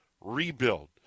rebuild